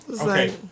okay